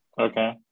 Okay